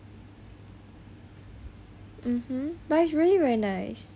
mmhmm but it's really very nice